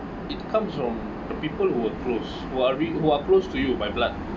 it comes from the people who are close who are re~ who are close to you by blood